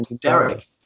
Derek